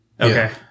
Okay